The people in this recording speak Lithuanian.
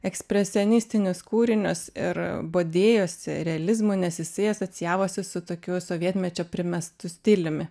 ekspresionistinius kūrinius ir bodėjosi realizmo nes jisai asocijavosi su tokiu sovietmečio primestu stiliumi